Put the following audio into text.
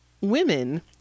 women